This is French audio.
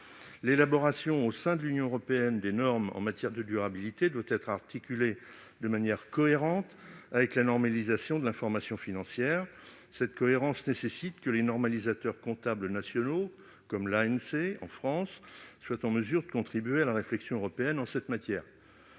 L'élaboration au sein de l'Union européenne des normes en matière de durabilité doit être articulée de manière cohérente avec la normalisation de l'information financière. Cette cohérence nécessite que les normalisateurs comptables nationaux, comme l'Autorité des normes comptables (ANC) en France, soient en mesure de contribuer à la réflexion européenne en cette matière.